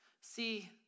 See